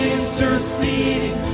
interceding